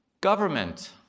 Government